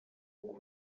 kuri